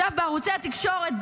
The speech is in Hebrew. עכשיו בערוצי התקשורת,